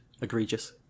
Egregious